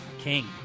king